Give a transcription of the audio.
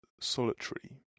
solitary